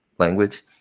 language